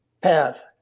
path